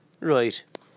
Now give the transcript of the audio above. Right